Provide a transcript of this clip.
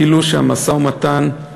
כאילו שהמשא-ומתן,